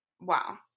wow